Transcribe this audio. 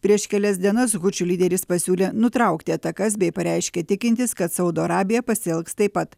prieš kelias dienas hučių lyderis pasiūlė nutraukti atakas bei pareiškė tikintis kad saudo arabija pasielgs taip pat